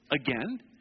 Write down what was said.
Again